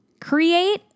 create